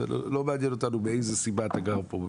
לא מעניין אותנו מאיזו סיבה אתה גר פה,